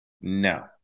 No